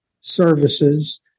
services